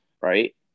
right